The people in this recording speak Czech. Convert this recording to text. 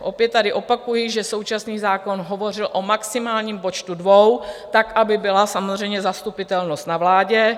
Opět tady opakuji, že současný zákon hovořil o maximálním počtu dvou, aby byla samozřejmě zastupitelnost na vládě.